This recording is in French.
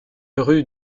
rue